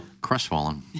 Crestfallen